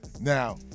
Now